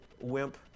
wimp